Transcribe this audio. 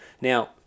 Now